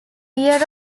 year